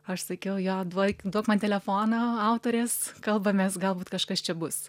aš sakiau jo duok duok man telefoną autorės kalbamės galbūt kažkas čia bus